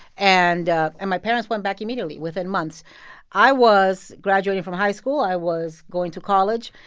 and and my parents went back immediately within months i was graduating from high school. i was going to college,